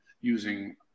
using